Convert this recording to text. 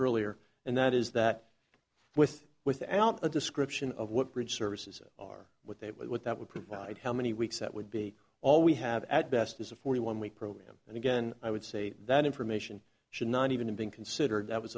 earlier and that is that with with a out a description of what bridge services are what they would what that would provide how many weeks that would be all we have at best is a forty one week program and again i would say that information should not even being considered that was